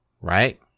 right